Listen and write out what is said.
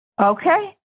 Okay